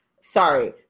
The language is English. Sorry